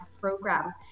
program